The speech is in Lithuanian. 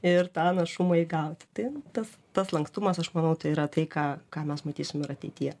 ir tą našumą įgauti tai tas tas lankstumas aš manau tai yra tai ką ką mes matysim ir ateityje